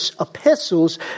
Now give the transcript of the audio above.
epistles